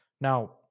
Now